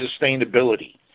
sustainability